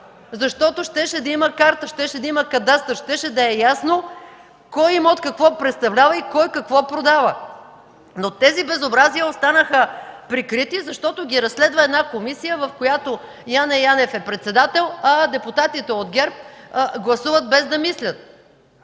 Защото щеше да има карта, щеше да има кадастър, щеше да е ясно кой имот какво представлява и кой какво продава. Но тези безобразия останаха прикрити, защото ги разследва една комисия, на която Яне Янев е председател, а депутатите от ГЕРБ гласуват без да мислят.